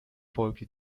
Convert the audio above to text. folgte